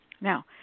Now